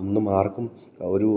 ഒന്നും ആർക്കും ഒരു